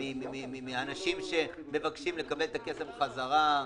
מאנשים שמבקשים לקבל את הכסף חזרה,